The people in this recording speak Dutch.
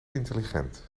intelligent